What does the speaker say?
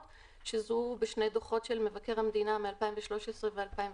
שזוהו בשני דו"חות של מבקר המדינה מ-2013 ו-2018.